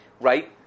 right